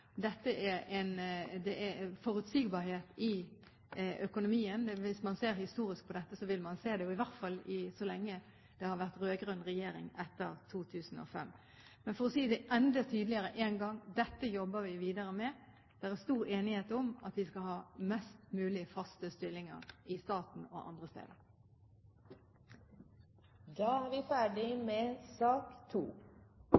Det har vært forutsigbarhet i økonomien, hvis man ser historisk på dette, i hvert fall så lenge det har vært rød-grønn regjering, etter 2005. Men for å si det enda tydeligere en gang til: Dette jobber vi videre med. Det er stor enighet om at vi skal ha mest mulig faste stillinger i staten og andre steder. Debatten i sak nr. 2 er